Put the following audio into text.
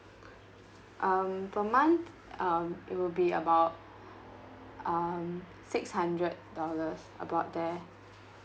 um per month um it will be about um six hundred dollars about there